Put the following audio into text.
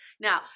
now